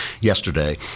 yesterday